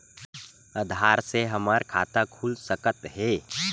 आधार से हमर खाता खुल सकत हे?